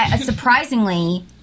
surprisingly